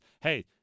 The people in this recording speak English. Hey